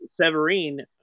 Severine